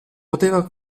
poteva